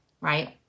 right